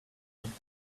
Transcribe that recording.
him